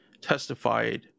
testified